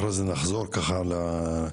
לאחר מכן, נחזור ככה לדיון.